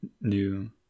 new